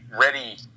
ready